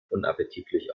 unappetitlich